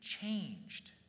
changed